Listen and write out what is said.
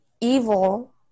evil